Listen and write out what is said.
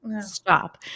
Stop